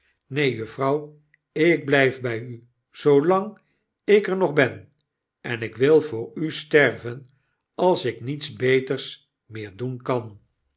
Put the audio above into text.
juffrouw ik blijf by u zoolang ik er nog ben en ik wil voor u sterven als ik niets beters meer doen kan